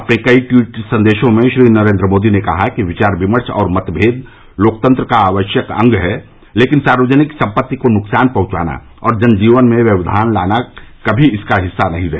अपने कई ट्वीट संदेशों में श्री नरेन्द्र मोदी ने कहा कि विचार विमर्श और मतभेद लोकतंत्र का आवश्यक अंग है लेकिन सार्वजनिक सम्पत्ति को नुकसान पहुंचाना और जनजीवन में व्यव्धान लाना कभी इसका हिस्सा नहीं रहे